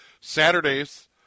Saturdays